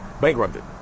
bankrupted